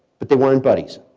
but they weren't buddies.